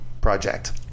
project